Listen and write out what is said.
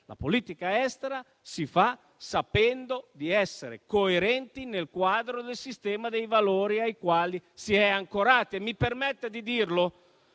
La politica estera si fa sapendo di essere coerenti nel quadro del sistema dei valori ai quali si è ancorati. E mi permetta di dirlo,